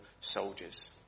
soldiers